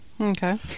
Okay